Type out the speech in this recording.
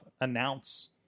announce